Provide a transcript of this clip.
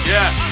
Yes